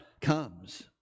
comes